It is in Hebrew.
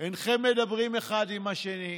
אינכם מדברים אחד עם השני.